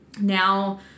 now